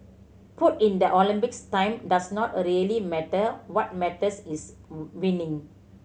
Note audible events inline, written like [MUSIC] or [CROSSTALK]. put in the Olympics time does not a really matter what matters is [UNINTELLIGIBLE] winning